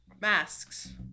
Masks